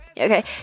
Okay